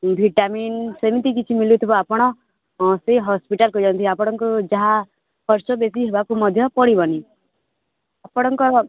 vitamin ସେମିତି କିଛି ମିଳୁଥିବ ଆପଣ ସେଇ ହସ୍ପିଟାଲ କୁ ଯାଆନ୍ତୁ ଆପଣଙ୍କୁ ଯାହା କଷ୍ଟ ବେଶୀ ହବାକୁ ମଧ୍ୟ ପଡ଼ିବନି ଆପଣଙ୍କର